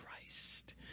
Christ